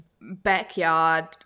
backyard